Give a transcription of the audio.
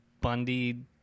Bundy